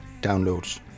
Downloads